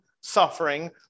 suffering